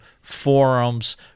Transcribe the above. forums